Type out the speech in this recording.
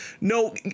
no